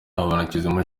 habanabakize